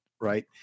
right